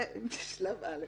זה שלב א'.